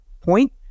point